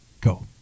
go